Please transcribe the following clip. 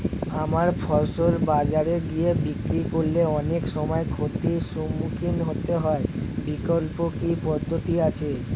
আমার ফসল বাজারে গিয়ে বিক্রি করলে অনেক সময় ক্ষতির সম্মুখীন হতে হয় বিকল্প কি পদ্ধতি আছে?